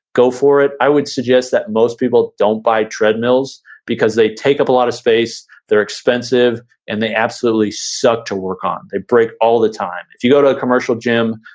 go for it. i would suggest that most people don't buy treadmills because they take up a lot of space, they're expensive and they absolutely suck to work on, they break all the time. if you go to a commercial gym,